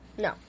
no